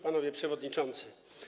Panowie Przewodniczący!